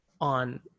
on